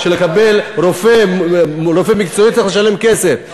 לקבל רופא מקצועי צריך לשלם כסף.